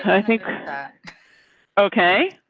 i think that okay.